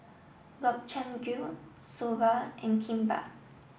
Gobchang Gui Soba and Kimbap